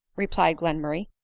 replied glenmurray.